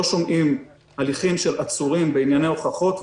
שומעים הליכים של עצורים בענייני הוכחות,